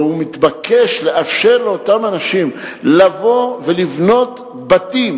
והוא מתבקש לאפשר לאותם אנשים לבוא ולבנות בתים